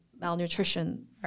malnutrition